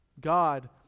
God